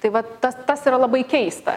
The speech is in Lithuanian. tai vat ta tas yra labai keista